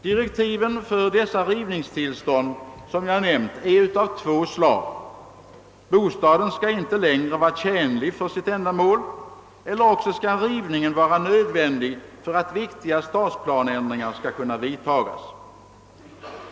Direktiven för rivningstillstånden är av två slag. Bostaden skall inte längre vara tjänlig för sitt ändamål, eller också skall rivningen vara nödvändig för att viktiga stadsplaneändringar skall kunna vidtas.